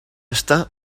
està